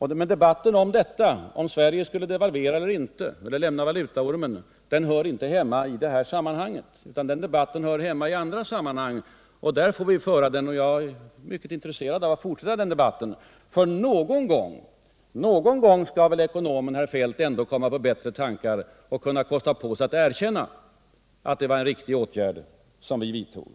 men debatten om huruvida Sverige skulle devalvera eller inte eller huruvida Sverige skulle lämna valutaormen eller inte hör inte hemma i denna diskussion utan i andra sammanhang. Vi får fortsätta att föra den där, och jag är mycket intresserad av det — för någon gång skall väl ändå ekonomen herr Feldt komma på bättre tankar och kosta på sig att erkänna att det var en riktig åtgärd som vi vidtog.